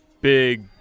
big